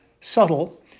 subtle